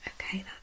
Okay